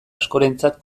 askorentzat